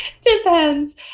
Depends